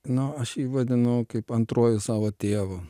nu aš jį vadinu kaip antruoju savo tėvu